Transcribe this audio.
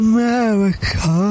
America